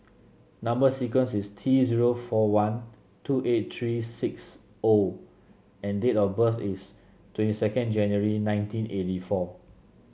number sequence is T zero four one two eight three six O and date of birth is twenty second January nineteen eighty four